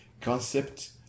concept